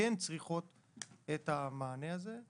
וכן צריכות את המענה הזה.